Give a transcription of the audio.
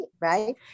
right